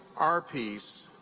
our peace,